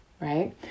Right